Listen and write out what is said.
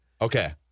Okay